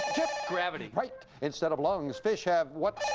gravity. right. instead of lungs, fish have what